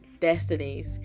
destinies